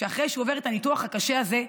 אחרי שהוא עובר את הניתוח הקשה הזה,